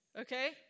Okay